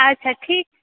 अच्छा ठीक